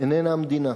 איננו המדינה,